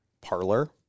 Parlor